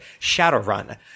Shadowrun